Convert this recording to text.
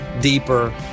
deeper